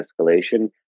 escalation